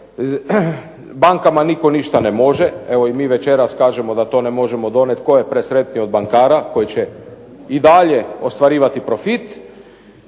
Bankama nitko ništa ne može. Evo i mi večeras kažemo da to ne možemo donijet, tko je sretniji od bankara koji će i dalje ostvarivati profit.